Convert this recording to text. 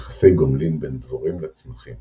יחסי גומלין בין דבורים לצמחים